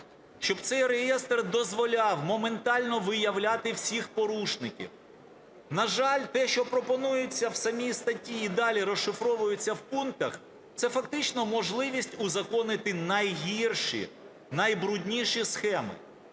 щоб цей реєстр дозволяв моментально виявляти всіх порушників. На жаль, те, що пропонується в самій статті і далі розшифровується в пунктах, це фактично можливість узаконити найгірші, найбрудніші схеми.